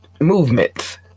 movements